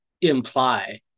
imply